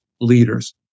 leaders